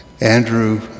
Andrew